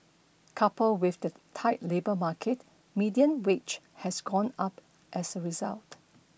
coupled with the tight labour market median wage has gone up as a result